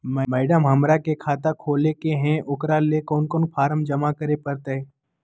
Madam, हमरा के खाता खोले के है उकरा ले कौन कौन फारम जमा करे परते?